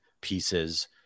pieces